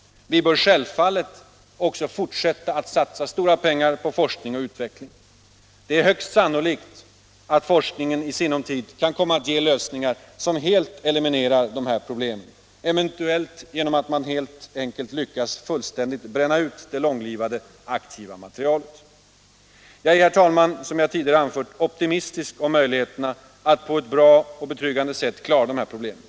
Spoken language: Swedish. Vi bör självfallet, även om och när vi funnit en bra lösning, fortsätta att satsa stora pengar — Nr 107 på forskning och utveckling. Det är högst sannolikt att forskningen i Torsdagen den sinom tid kan komma att ge lösningar, som eliminerar de här problemen, 14 april 1977 eventuellt genom att man helt enkelt lyckas fullständigt bränna ut det I långlivade aktiva materialet. Särskilt tillstånd an Som jag redan tidigare anfört, herr talman, är jag optimistisk om möj = tillföra kärnreak ligheterna att på ett betryggande sätt lösa de här problemen.